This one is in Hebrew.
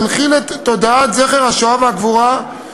להנחיל את תודעת זכר השואה והגבורה,